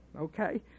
okay